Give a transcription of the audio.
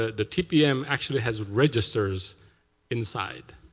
ah the tpm, actually has registers inside.